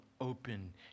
open